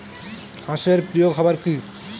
হাঁস এর প্রিয় খাবার কি?